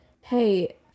hey